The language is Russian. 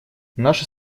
наша